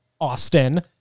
Austin